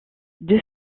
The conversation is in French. deux